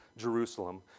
Jerusalem